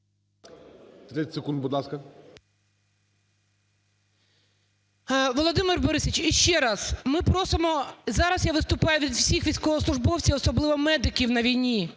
Володимире Борисовичу, іще раз, ми просимо, зараз я виступаю від всіх військовослужбовців, особливо медиків на війні,